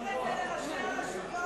למה בתי-חולים